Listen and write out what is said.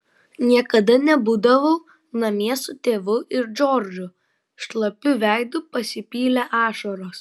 niekada nebūdavau namie su tėvu ir džordžu šlapiu veidu pasipylė ašaros